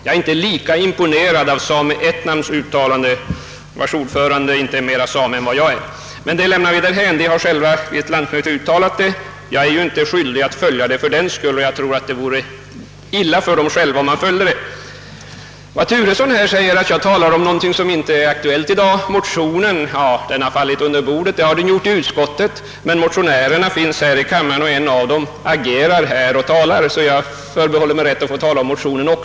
Jag är dock inte lika imponerad av sällskapet Same-ätnams uttalande, vars ordförande inte är mera same än vad jag är. Detta lämnar vi emellertid därhän. Samerna har själva vid ett landsmöte uttalat önskemålet om en nomadskolinspektör, men jag är fördenskull inte skyldig att stödja dem, och jag tror att det vore olyckligt för dem själva om man följde dem. Herr Turesson säger att jag talar om någonting som inte är aktuellt i dag. Motionen har fallit under bordet i utskottet, men motionärerna finns här i kammaren, och en av dem agerar även, varför också jag förbehåller mig rätten att få tala om motionen.